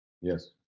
Yes